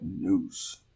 news